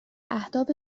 اهداف